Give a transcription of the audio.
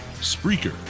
Spreaker